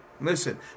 listen